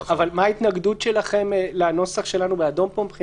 מהי ההתנגדות שלכם לנוסח שלנו באדום פה?